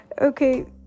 okay